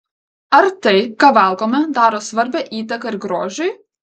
ar tai ką valgome daro svarbią įtaką ir grožiui